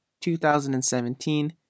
2017